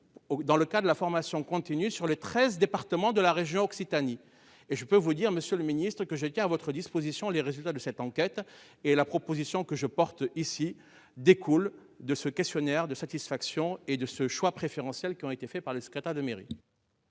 Dans le cas de la formation continue sur le 13 départements de la région Occitanie et je peux vous dire Monsieur le Ministre que je tiens à votre disposition les résultats de cette enquête et la proposition que je porte ici découle de ce questionnaire de satisfaction et de ce choix préférentiel qui ont été faits par le secrétaire de mairie.